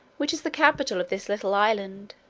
which is the capital of this little island